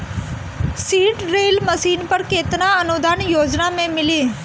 Seed drill machine पर केतना अनुदान योजना में मिली?